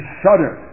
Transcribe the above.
shudder